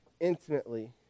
intimately